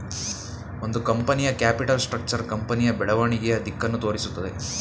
ಒಂದು ಕಂಪನಿಯ capital structure ಕಂಪನಿಯ ಬೆಳವಣಿಗೆಯ ದಿಕ್ಕನ್ನು ತೋರಿಸುತ್ತದೆ